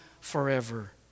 forever